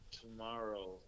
tomorrow